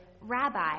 Rabbi